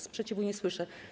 Sprzeciwu nie słyszę.